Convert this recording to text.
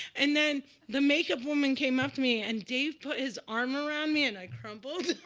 and then the makeup woman came up to me. and dave put his arm around me and i crumpled.